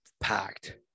packed